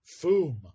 Foom